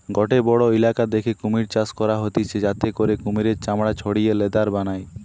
গটে বড়ো ইলাকা দ্যাখে কুমির চাষ করা হতিছে যাতে করে কুমিরের চামড়া ছাড়িয়ে লেদার বানায়